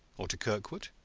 or to kirkwood?